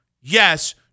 Yes